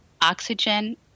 oxygen